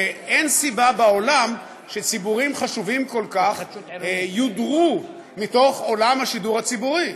אין סיבה בעולם שציבורים חשובים כל כך יודרו מתוך עולם השידור הציבורי.